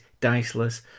Diceless